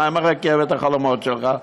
מה עם רכבת החלומות שלך?